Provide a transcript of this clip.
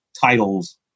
titles